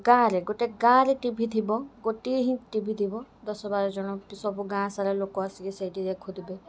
ଗାଁରେ ଗୋଟେ ଗାଁରେ ଟି ଭି ଥିବ ଗୋଟିଏ ହିଁ ଟି ଭି ଥିବ ଦଶ ବାରଜଣ ସବୁ ଗାଁ ସାରା ଲୋକ ଆସିକି ସେଇଠି ଦେଖୁଥିବେ